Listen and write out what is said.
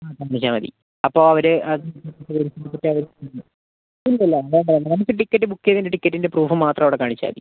ആ കാണിച്ചാൽ മതി അപ്പോൾ അവർ അത് ഒന്നും അല്ല അല്ലാണ്ട് നമുക്ക് ടിക്കറ്റ് ബുക്ക് ചെയ്തതിന്റെ ടിക്കറ്റിൻ്റെ പ്രൂഫ് മാത്രം അവിടെ കാണിച്ചാൽ മതി